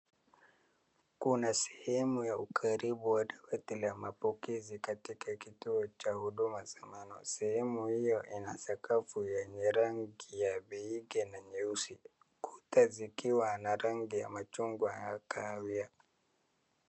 Kuna sehemu ya ukaribu wa dawati la mapokezi katika kituo cha huduma za meno. Sehemu hiyo ina sakafu yenye rangi ya beige na nyeusi. Kuta zikiwa na rangi ya machungwa na kahawia.